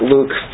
Luke